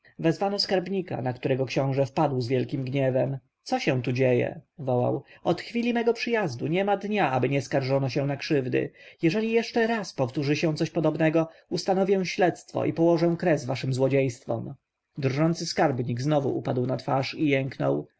wezwano skarbnika na którego książę wpadł z wielkim gniewem co się tu dzieje wołał od chwili mego przyjazdu niema dnia aby nie skarżono się na krzywdy jeżeli jeszcze raz powtórzy się coś podobnego ustanowię śledztwo i położę kres waszym złodziejstwom drżący skarbnik znowu padł na twarz i jęknął